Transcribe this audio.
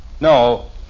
No